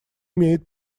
имеет